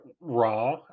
raw